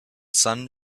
sun